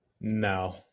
no